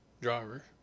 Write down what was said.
driver